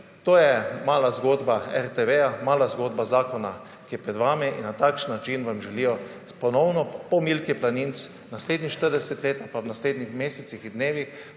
to je mala zgodba RTV, mala zgodba zakona, ki je pred vami. Na takšen način vam želijo ponovno po Milki Planinc naslednjih 40 let ali pa v naslednjih mesecih, dnevih,